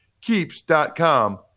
Keeps.com